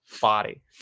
body